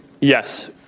yes